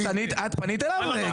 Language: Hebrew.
את פנית אליו?